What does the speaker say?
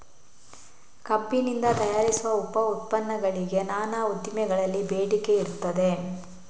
ಕಬ್ಬಿನಿಂದ ತಯಾರಿಸುವ ಉಪ ಉತ್ಪನ್ನಗಳಿಗೆ ನಾನಾ ಉದ್ದಿಮೆಗಳಲ್ಲಿ ಬೇಡಿಕೆ ಇರ್ತದೆ